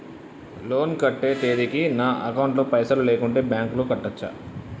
Loan కట్టే తేదీకి నా అకౌంట్ లో పైసలు లేకుంటే బ్యాంకులో కట్టచ్చా?